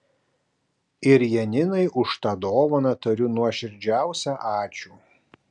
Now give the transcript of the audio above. ir janinai už tą dovaną tariu nuoširdžiausią ačiū